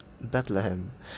Bethlehem